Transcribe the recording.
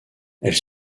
elles